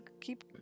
keep